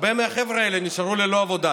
הרבה מהחבר'ה האלה נשארו ללא עבודה,